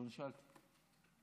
בבקשה,